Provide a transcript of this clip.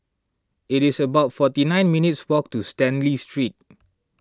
it's about forty nine minutes' walk to Stanley Street